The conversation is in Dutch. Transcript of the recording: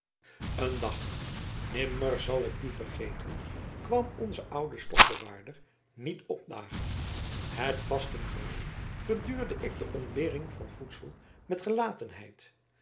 dien vergeten kwam onze oude stokwaarder niet opdagen het vasten gewoon verduurde ik de ontbering van voedsel met gelatenheid